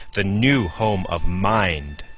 the new home of mind.